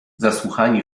zasłuchani